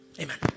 Amen